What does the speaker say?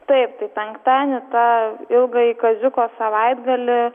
taip tai penktadienį tą ilgąjį kaziuko savaitgalį